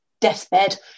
deathbed